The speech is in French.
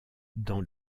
dans